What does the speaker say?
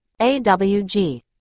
AWG